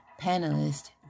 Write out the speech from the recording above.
Panelist